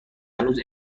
هنوز